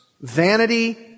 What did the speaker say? vanity